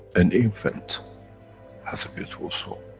an infant has a beautiful soul.